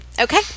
okay